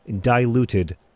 diluted